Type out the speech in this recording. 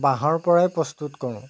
বাঁহৰ পৰাই প্ৰস্তুত কৰোঁ